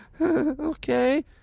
Okay